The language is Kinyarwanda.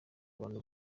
bantu